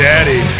Daddy